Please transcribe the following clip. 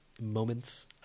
moments